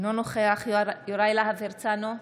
אינו נוכח יוראי להב הרצנו,